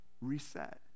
reset